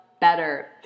better